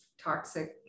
toxic